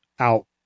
out